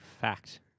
fact